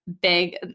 big